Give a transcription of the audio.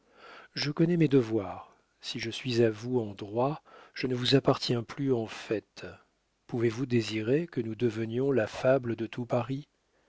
je connais mes devoirs si je suis à vous en droit je ne vous appartiens plus en fait pouvez-vous désirer que nous devenions la fable de tout paris